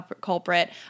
culprit